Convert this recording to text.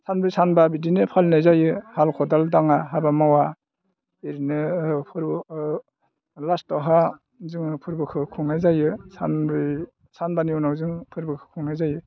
सानब्रै सानबा बिदिनो फालिनाय जायो हाल खदाल दाङा हाबा मावा ओरैनो फोरबो लास्टआवहाय जोङो फोरबोखौ खुंनाय जायो सानब्रै सानबानि उनाव जोङो फोरबोखौ खुंनाय जायो